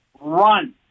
Run